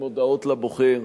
עם הודעות לבוחר.